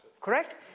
Correct